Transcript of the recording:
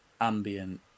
ambient